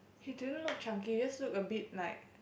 he didn't look chunky just look a bit like